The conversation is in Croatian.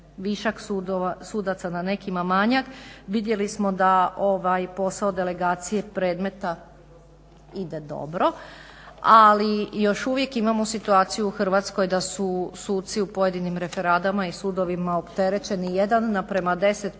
višak sudaca, na nekima manjak. Vidjeli smo da ovaj posao delegacije predmeta ide dobro ali još uvijek imamo situaciju u Hrvatskoj da su suci u pojedinim referadama i sudovima opterećeni 1:10 puta,